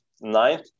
ninth